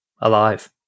Alive